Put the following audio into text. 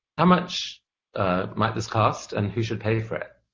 how much might this cost, and who should pay for it?